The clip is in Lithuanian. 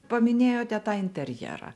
paminėjote tą interjerą